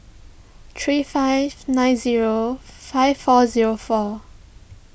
three five nine zero five four zero four